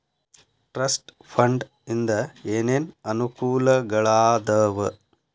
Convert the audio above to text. trust fund ಇಂದ ಏನೇನ್ ಅನುಕೂಲಗಳಾದವ